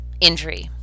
injury